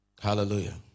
Hallelujah